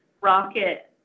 Rocket